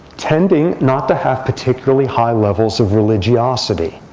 tending not to have particularly high levels of religiosity,